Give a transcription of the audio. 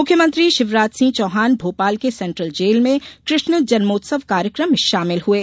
मुख्यमंत्री शिवराज सिंह चौहान भोपाल के central jail में कृष्ण जन्मोत्सव कार्यक्रम में शामिल हुये